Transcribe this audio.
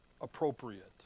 appropriate